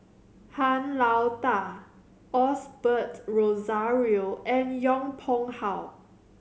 Han Lao Da Osbert Rozario and Yong Pung How